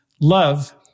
Love